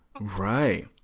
Right